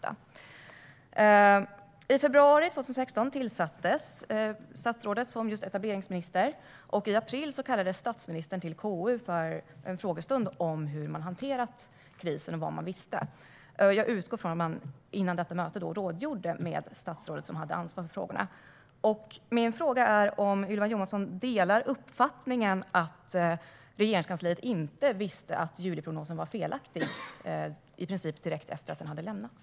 I februari 2016 tillsattes statsrådet som just etableringsminister, och i april kallades statsministern till KU för en frågestund om hur man hanterat krisen samt vad man visste. Jag utgår ifrån att man före detta möte rådgjorde med det statsråd som hade ansvar för frågorna. Min fråga är om Ylva Johansson delar uppfattningen att Regeringskansliet inte visste att juliprognosen var felaktig i princip direkt efter att den hade lämnats.